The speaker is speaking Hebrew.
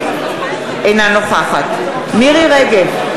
אינה נוכחת מירי רגב,